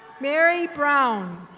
mary brown.